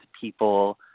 people